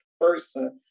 person